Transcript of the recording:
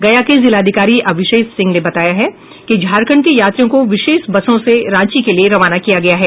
गया के जिलाधिकारी अभिषेक सिंह ने बताया है कि झारखण्ड के यात्रियों को विशेष बसों से रांची के लिये रवाना किया गया है